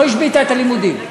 לא השביתה את הלימודים.